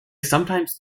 sometimes